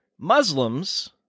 Muslims